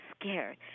scared